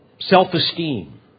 self-esteem